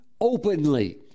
openly